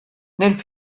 nel